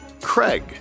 Craig